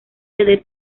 desde